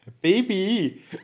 Baby